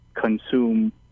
consume